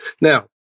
Now